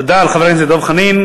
תודה לחבר הכנסת דב חנין.